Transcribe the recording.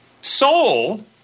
Soul